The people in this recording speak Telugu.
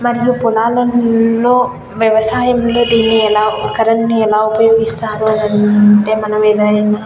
మరియు పొలాల్లో వ్యవసాయంలో దీన్ని ఎలా కరెంట్ని ఎలా ఉపయోగిస్తారు అని అంటే మనం ఏదైనా